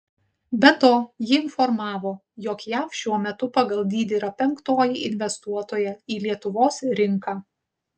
be to ji informavo jog jav šiuo metu pagal dydį yra penktoji investuotoja į lietuvos rinką